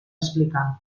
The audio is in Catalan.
explicar